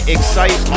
Excite